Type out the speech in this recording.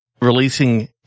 releasing